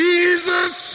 Jesus